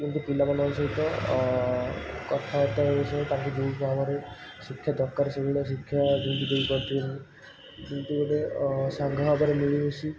ଯେମିତି ପିଲାମାନଙ୍କ ସହିତ କଥାବାର୍ତ୍ତା ହେଇସାରି ତାଙ୍କୁ ଯେଉଁ ଭାବରେ ଶିକ୍ଷା ଦରକାର ସେଇଭଳିଆ ଶିକ୍ଷା ଯେମିତି ଦେଇପାରୁଥିବେ ଯେମିତି ଗୋଟେ ସାଙ୍ଗ ଭାବରେ ମିଳିମିଶି